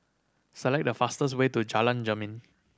select the fastest way to Jalan Jermin